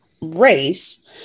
race